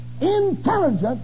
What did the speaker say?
intelligent